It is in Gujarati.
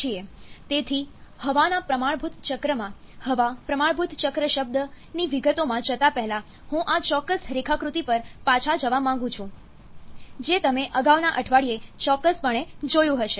તેથી હવાના પ્રમાણભૂત ચક્ર માં હવા પ્રમાણભૂત ચક્ર શબ્દની વિગતોમાં જતા પહેલા હું આ ચોક્કસ રેખાકૃતિ પર પાછા જવા માંગુ છું જે તમે અગાઉના અઠવાડિયે ચોક્કસપણે જોયું હશે